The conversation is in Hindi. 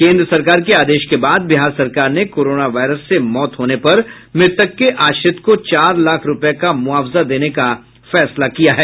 केंद्र सरकार के आदेश के बाद बिहार सरकार ने कोरोनो वायरस से मौत होने पर मृतक के आश्रित को चार लाख रूपये का मुआवजा देने का फैसला लिया है